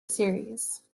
series